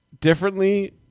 differently